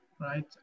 right